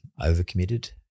overcommitted